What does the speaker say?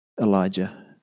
Elijah